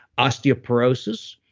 osteoporosis.